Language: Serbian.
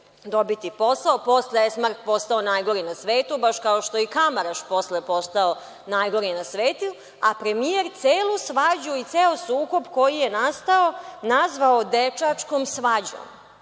dobiti posao, a posle je „Esmark“ postao najgori na svetu, baš kao što je i Kamaraš posle postao najgori na svetu, a premijer celu svađu i ceo sukob koji je nastao nazvao – dečačkom svađom.